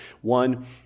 one